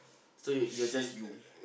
so you're you're just you